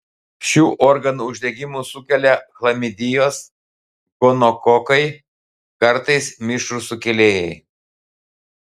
šių organų uždegimus sukelia chlamidijos gonokokai kartais mišrūs sukėlėjai